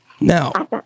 now